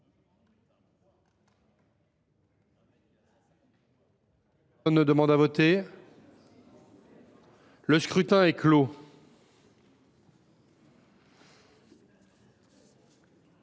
Personne ne demande plus à voter ?… Le scrutin est clos.